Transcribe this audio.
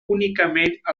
únicament